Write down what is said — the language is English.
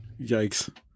Yikes